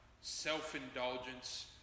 self-indulgence